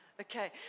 Okay